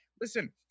listen